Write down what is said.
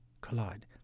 collide